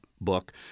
book